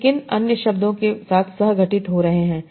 वे किन अन्य शब्दों के साथ सह घटित हो रहे हैं